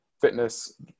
fitness